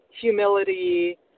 humility